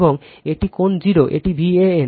এবং এটি কোণ 0 এটি ভ্যান